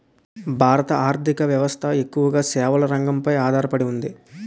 భారత ఆర్ధిక వ్యవస్థ ఎక్కువగా సేవల రంగంపై ఆధార పడి ఉంది